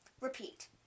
repeat